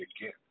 again